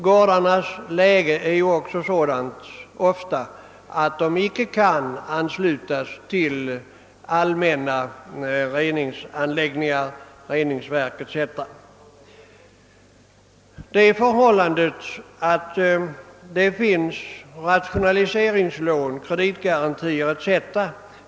Gårdarnas läge är också ofta sådant, att de inte kan anslutas till allmänna reningsanläggningar och reningsverk. Det förhållandet att det finns rationaliseringslån, kreditgarantier etc.